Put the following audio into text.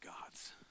God's